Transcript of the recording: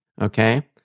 okay